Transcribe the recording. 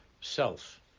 self